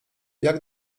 jak